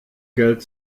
geld